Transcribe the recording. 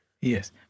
Yes